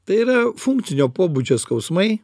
tai yra funkcinio pobūdžio skausmai